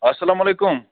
اَلسلام علیکُم